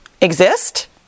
exist